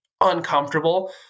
uncomfortable